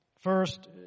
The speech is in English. First